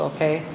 Okay